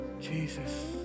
Jesus